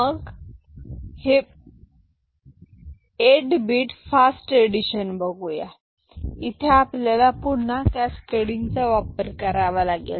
मग आपण eight bit fast addition बघूया इथे आपल्याला पुन्हा कॅस्कॅडींग चा वापर करावा लागेल